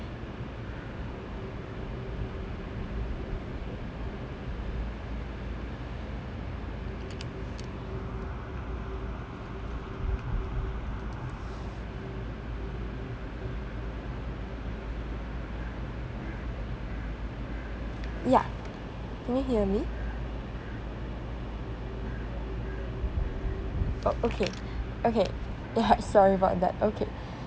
ya can you hear me okay okay sorry about that okay